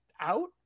out